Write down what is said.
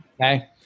Okay